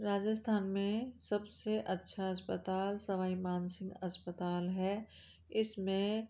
राजस्थान में सब से अच्छा अस्पताल सवाईमान सिंह अस्पताल है इस में